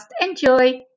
Enjoy